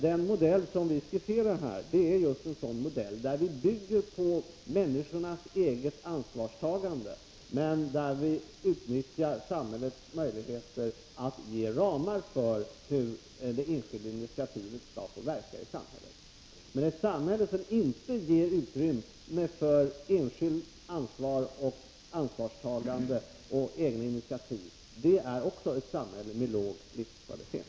Den modell som vi skisserar här är just en sådan modell — där vi bygger på människornas eget ansvarstagande men där vi utnyttjar samhällets möjligheter att ange ramar för hur det enskilda initiativet skall få verka i samhället. Men ett samhälle som inte ger utrymme för enskilt ansvarstagande och egna aitiativ är också ett samhälle med låg livskvalitet.